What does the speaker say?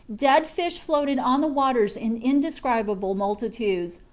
dead fish floated on the waters in indescribable multitudes,